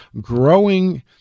growing